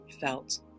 felt